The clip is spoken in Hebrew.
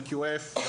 אין QF,